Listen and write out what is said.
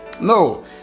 no